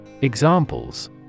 Examples